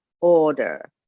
order